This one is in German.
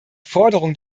forderung